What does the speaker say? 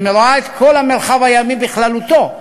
שרואה את כל המרחב הימי בכללותו.